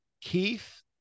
Keith